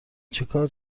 چیکار